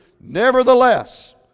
Nevertheless